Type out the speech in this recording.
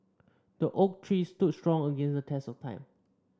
the oak tree stood strong against the test of time